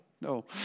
no